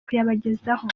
kuyabagezaho